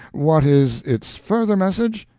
what is its further message?